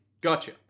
Gotcha